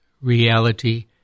reality